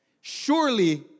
surely